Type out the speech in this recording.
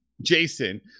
Jason